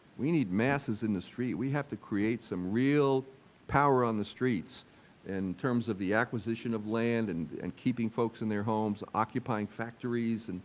we need masses in the street, we have to create some real power on the streets in terms of the acquisition of land and and keeping folks in their homes, occupying factories, and